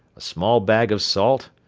a small bag of salt,